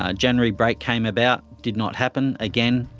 ah january break came about did not happen again.